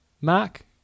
Mark